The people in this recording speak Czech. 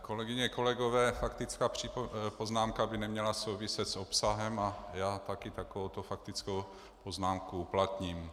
Kolegyně a kolegové, faktická poznámka by neměla souviset s obsahem a já také takovouto faktickou poznámku uplatním.